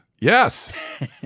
yes